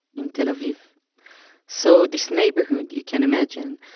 in tel aviv so this neighborhood, you can imagine,